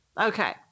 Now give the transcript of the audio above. Okay